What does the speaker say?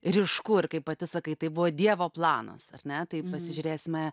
ryšku ir kaip pati sakai tai buvo dievo planas ar ne tai pasižiūrėsime